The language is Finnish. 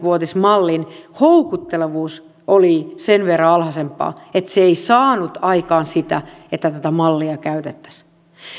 vuotismallin houkuttelevuus olivat sen verran alhaisempia että se ei saanut aikaan sitä että tätä mallia käytettäisiin